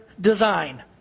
design